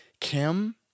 Kim